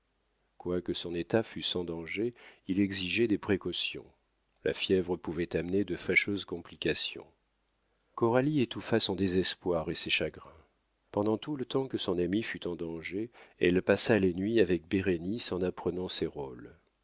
quoique son état fût sans danger il exigeait des précautions la fièvre pouvait amener de fâcheuses complications coralie étouffa son désespoir et ses chagrins pendant tout le temps que son ami fut en danger elle passa les nuits avec bérénice en apprenant ses